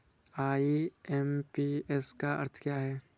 IMPS का क्या अर्थ है?